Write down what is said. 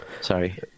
Sorry